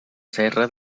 serra